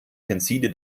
tenside